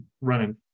running